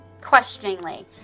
questioningly